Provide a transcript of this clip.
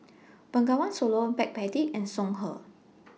Bengawan Solo Backpedic and Songhe